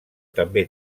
també